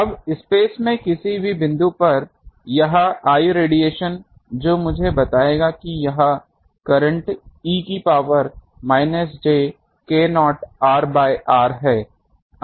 अब स्पेस में किसी भी बिंदु पर यह I रेडिएशन जो मुझे यह बताएगा कि यह करंट e की power minus j k0 r by r हैं